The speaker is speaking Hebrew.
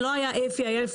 זה לא היה אפי רוזן,